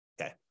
Okay